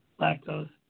lactose